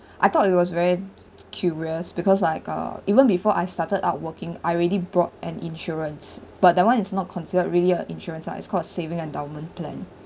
I thought it was very curious because like uh even before I started out working I already bought an insurance but that one is not considered really a insurance lah it's called saving endowment plan